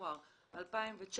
בינואר 2019,